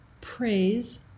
praise